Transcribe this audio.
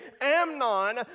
Amnon